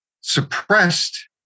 suppressed